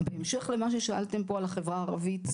בהמשך למה ששאלתם פה על החברה הערבית,